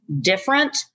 different